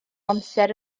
amser